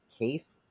case